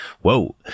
whoa